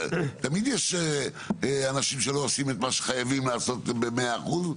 תמיד יש אנשים שלא עושים את מה שחייבים לעשות ב-100 אחוזים.